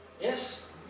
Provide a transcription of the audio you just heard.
Yes